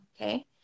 okay